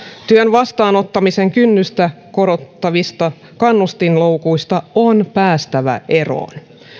työn vastaanottamisen kynnystä korottavista kannustinloukuista on päästävä eroon